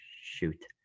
Shoot